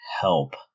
Help